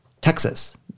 Texas